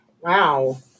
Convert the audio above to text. Wow